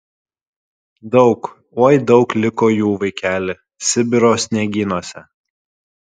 daug oi daug liko jų vaikeli sibiro sniegynuose